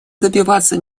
добиваться